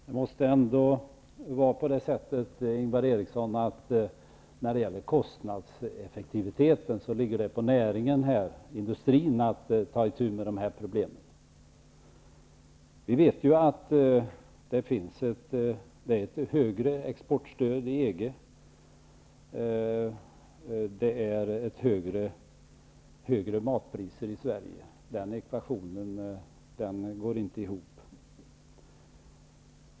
Herr talman! När det gäller kostnadseffektiviteten, Ingvar Eriksson, måste det ligga på näringen och industrin att ta itu med dessa problem. Vi vet att det är högre exportstöd i EG och högre matpriser i Sverige. Den ekvationen går inte ihop.